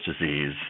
Disease